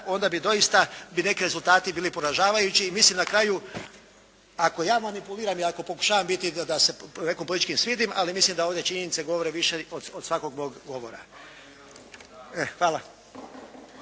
onda bi doista neki rezultati bili poražavajući. I mislim na kraju, ako ja manipuliram i ako pokušavam biti da se nekome politički svidim ali mislim da ovdje činjenice govore više od svakog mog govora. Hvala.